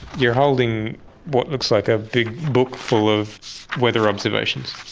you're holding what looks like a big book full of weather observations.